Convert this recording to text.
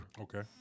Okay